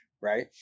right